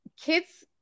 kids